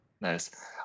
Nice